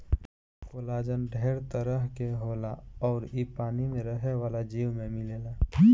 collagen ढेर तरह के होला अउर इ पानी में रहे वाला जीव में मिलेला